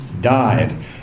died